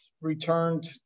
returned